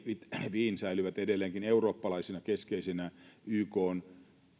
wien säilyvät edelleenkin eurooppalaisina keskeisinä